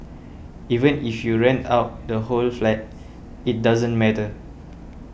even if you rent out the whole flat it doesn't matter